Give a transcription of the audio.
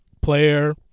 player